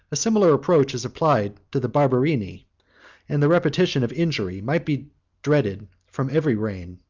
a similar reproach is applied to the barberini and the repetition of injury might be dreaded from every reign,